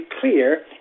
clear